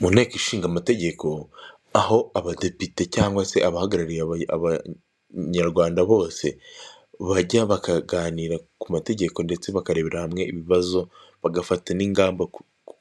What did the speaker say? Mu inteko ishingamategeko aho abadepite cyangwa se abahagarariye abanyarwanda bose baja bakaganira ku mategeko ndetse bakarebera hamwe ibibazo bagafata n' ingamba